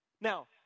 Now